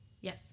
Yes